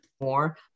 more